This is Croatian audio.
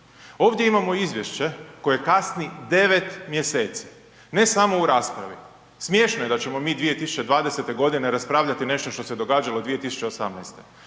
Ovdje imamo izvješće koje kasni 9 mjeseci, ne samo u raspravi. Smiješno je da ćemo mi 2020. godine raspravljati nešto što se događalo 2018.,